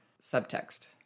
subtext